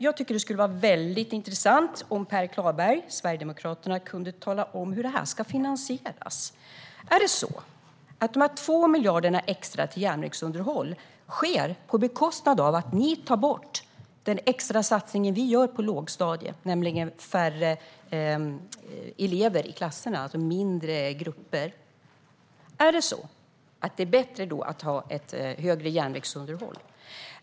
Jag tycker att det skulle vara väldigt intressant att höra om Per Klarberg, Sverigedemokraterna, kan tala om hur det här ska finansieras. Är det så att den satsning på 2 miljarder extra ni gör på järnvägsunderhåll sker på bekostnad av den extra satsning vi gör på lågstadiet i form av färre elever i klasserna, alltså mindre grupper? Är det bättre att ha ett högre järnvägsunderhåll?